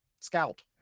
Scout